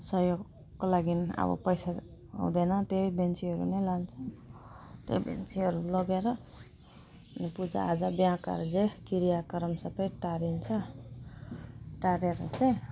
सहयोगको लागि अब पैसा हुँदैन त्यही बेन्चीहरू नै लान्छ त्यही बेन्चीहरू लगेर पूजाआजा बिहा कार्जे किरियाकर्म सबै टारिन्छ टारेर चाहिँ